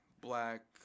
Black